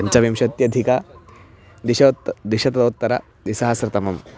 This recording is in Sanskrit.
पञ्चविंशत्यधिकः द्विशतं द्विशतोत्तरं द्विसहस्रतमं